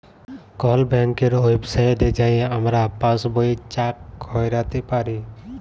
call ব্যাংকের ওয়েবসাইটে যাঁয়ে আমরা পাসবই চ্যাক ক্যইরতে পারি